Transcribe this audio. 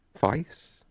Vice